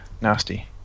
Nasty